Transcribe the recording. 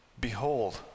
behold